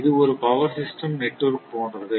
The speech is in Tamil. இது ஒரு பவர் சிஸ்டம் நெட்வொர்க் போன்றது